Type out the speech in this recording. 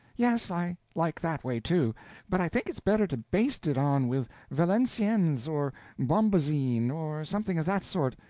yes, i like that way, too but i think it's better to baste it on with valenciennes or bombazine, or something of that sort.